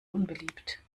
unbeliebt